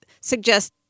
suggest